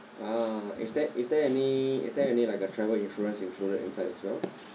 ah is there is there any is there any like a travel insurance included inside as well